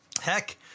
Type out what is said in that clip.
Heck